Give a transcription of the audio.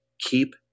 keep